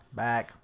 back